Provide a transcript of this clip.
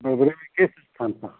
बबरी में किस स्थान पर